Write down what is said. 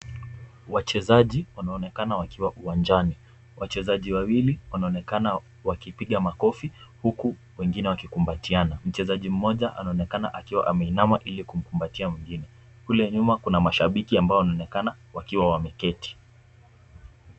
Wachezaji wanaonekana wakiwa uwanjani. Wachezaji wawili wanaonekana wakipiga makofi huku wengine wakikumbatiana. Mchezaji moja anaonekana akiwa ameinama ili kumkumbatia mwingine. Kule nyuma Kuna mashabiki ambao wanaonekana wakiwa wameketi.